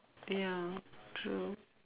ya true